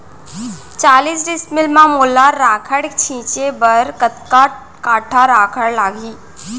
चालीस डिसमिल म मोला राखड़ छिंचे बर हे कतका काठा राखड़ लागही?